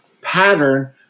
pattern